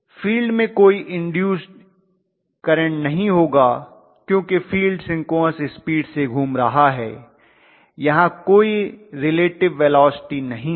field में कोई induced current नहीं होगा क्योंकि फील्ड सिंक्रोनस स्पीड से घूम रहा है यहाँ कोई रिलेटिव वेलोसिटी नहीं है